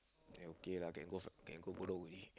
ya okay lah can go for can go bedok only